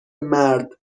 مرد